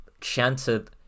chanted